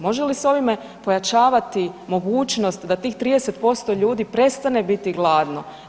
Može li se ovime pojačavati mogućnost da tih 30% ljudi prestane biti gladno?